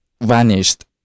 vanished